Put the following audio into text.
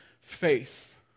faith